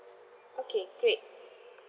okay great